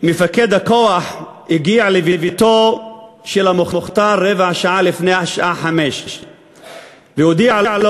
שמפקד הכוח הגיע לביתו של המוכתר רבע שעה לפני השעה 17:00 והודיע לו